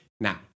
Now